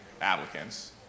applicants